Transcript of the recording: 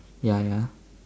ya ya